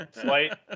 Slight